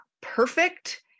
perfect